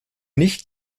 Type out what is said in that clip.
nicht